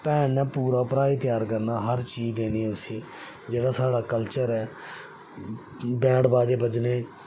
भैन ने पूरा भ्राऽ गी तैयार करना हर चीज देनी उसी जेह्ड़ा साढ़ा कल्चर ऐ बैंड बाजे बज्जने